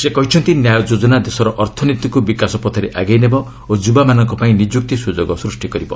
ସେ କହିଛନ୍ତି 'ନ୍ୟାୟ' ଯୋଜନା ଦେଶର ଅର୍ଥନୀତିକୁ ବିକାଶ ପଥରେ ଆଗେଇ ନେବ ଓ ଯୁବାମାନଙ୍କ ପାଇଁ ନିଯୁକ୍ତି ସୁଯୋଗ ସୃଷ୍ଟି କରିବ